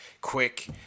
Quick